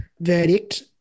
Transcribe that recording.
verdict